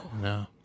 no